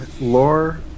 lore